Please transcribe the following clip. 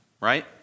right